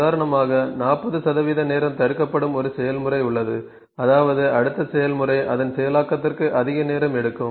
உதாரணமாக 40 நேரம் தடுக்கப்படும் ஒரு செயல்முறை உள்ளது அதாவது அடுத்த செயல்முறை அதன் செயலாக்கத்திற்கு அதிக நேரம் எடுக்கும்